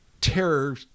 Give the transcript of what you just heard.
terror